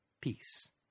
Peace